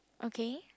okay